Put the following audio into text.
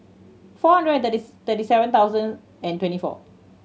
four hundred and thirty seven thousand and twenty four